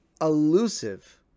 elusive